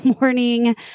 morning